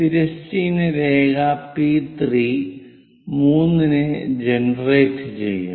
തിരശ്ചീന രേഖ P3 3 നെ ജനറേറ്റ് ചെയ്യും